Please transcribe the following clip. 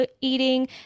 eating